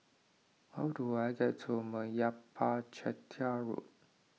how do I get to Meyappa Chettiar Road